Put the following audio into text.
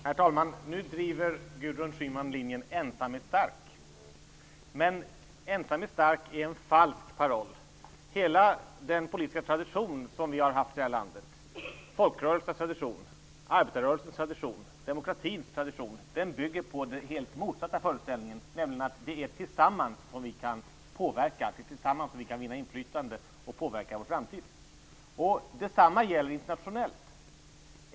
Herr talman! Nu driver Gudrun Schyman linjen ''ensam är stark''. Men ensam är stark är en falsk paroll. Hela den politiska tradition som vi har haft i Sverige, folkrörelsernas, arbetarrörelsens och demokratins tradition, bygger på den motsatta föreställningen, nämligen att det är tillsammans som vi kan vinna inflytande och påverka vår framtid. Detsamma gäller internationellt.